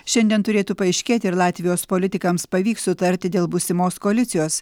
šiandien turėtų paaiškėt ar latvijos politikams pavyks sutarti dėl būsimos koalicijos